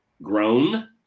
Grown